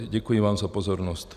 Děkuji vám za pozornost.